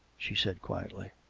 she said quietly.